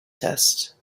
test